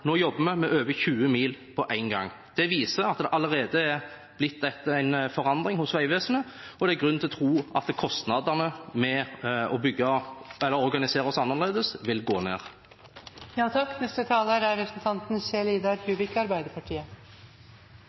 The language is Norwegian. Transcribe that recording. Nå jobbes det med over 20 mil på en gang. Det viser at det allerede er blitt en forandring hos Vegvesenet, og det er grunn til å tro at kostnadene ved å organisere seg annerledes vil gå ned. Representanten Steffensen har ikke kommet seg helt etter at han kom i finanskomiteen, men det er